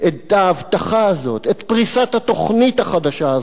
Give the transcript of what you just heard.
את ההבטחה הזאת, את פריסת התוכנית החדשה הזאת,